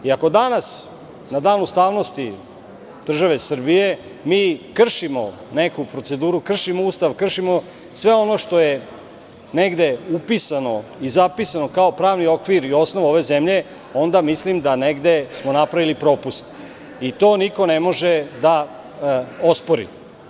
Ako danas, na Dan ustavnosti države Srbije, mi krišimo neku proceduru, kršimo Ustav, kršimo sve ono što je negde upisano i zapisano kao pravni okvir i osnov ove zemlje, onda mislim da smo negde napravili propust i to niko ne može da ospori.